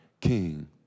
king